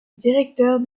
directeur